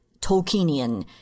Tolkienian